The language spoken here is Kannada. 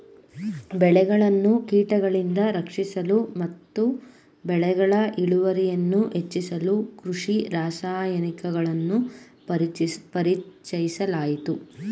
ಬೆಳೆಗಳನ್ನು ಕೀಟಗಳಿಂದ ರಕ್ಷಿಸಲು ಮತ್ತು ಬೆಳೆಗಳ ಇಳುವರಿಯನ್ನು ಹೆಚ್ಚಿಸಲು ಕೃಷಿ ರಾಸಾಯನಿಕಗಳನ್ನು ಪರಿಚಯಿಸಲಾಯಿತು